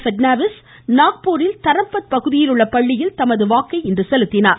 பெட்னாவிஸ் நாக்பூரில் தரம்பத் பகுதியில் உள்ள பள்ளியில் தமது வாக்கை செலுத்தினார்